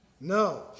No